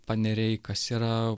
paneriai kas yra